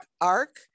arc